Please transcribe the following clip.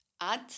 add